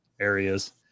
areas